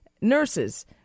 nurses